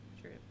True